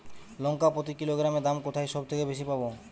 লঙ্কা প্রতি কিলোগ্রামে দাম কোথায় সব থেকে বেশি পাব?